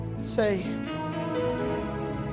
say